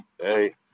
Hey